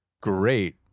great